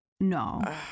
No